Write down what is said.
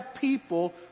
people